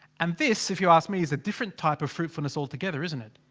and this if you ask me, is a different type of fruitfulness altogether, isn't it?